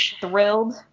thrilled